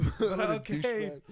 Okay